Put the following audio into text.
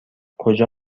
کجا